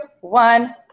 one